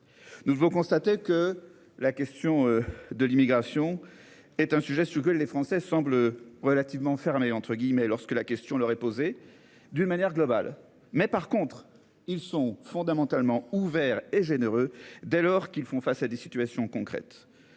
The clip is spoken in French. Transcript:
Nous devons constater que la question de l'immigration est un sujet sur lequel les Français semblent relativement fermé entre guillemets lorsque la question leur est posée d'une manière globale, mais par contre ils sont fondamentalement ouvert et généreux, dès lors qu'ils font face à des situations concrètes